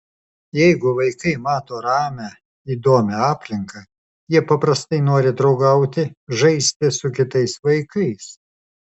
jeigu vaikai mato ramią įdomią aplinką jie paprastai nori draugauti žaisti su kitais vaikais